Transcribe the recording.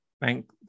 thank